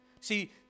See